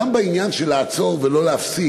גם בעניין של לעצור ולא להפסיק,